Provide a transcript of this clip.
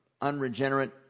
unregenerate